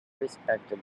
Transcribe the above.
respected